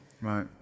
Right